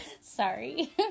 Sorry